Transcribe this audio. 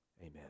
amen